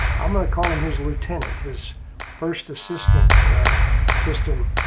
i'm gonna call him his lieutenant, his first assistant system